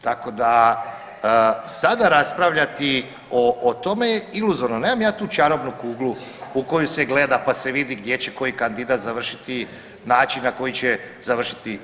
Tako da sada raspravljati o tome je iluzorno, nemam ja tu čarobnu kuglu u koju se gleda pa se vidi gdje će koji kandidat završiti, način na koji će završiti.